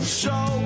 show